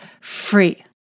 free